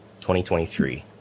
2023